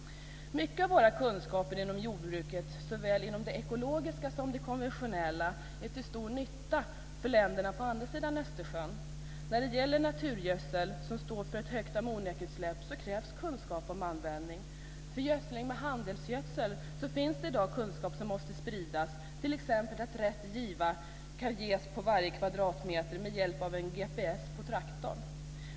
Mycket av våra kunskaper inom jordbruket, såväl det ekologiska som det konventionella, är till stor nytta för länderna på andra sidan Östersjön. När det gäller naturgödsel, som står för ett högt ammoniakutsläpp, krävs kunskap om användning. För gödsling med handelsgödsel finns det i dag kunskap som måste spridas, t.ex. att rätt giva på varje kvadratmeter kan ges med hjälp av en GPS på traktorn.